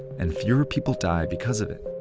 and fewer people die because of it.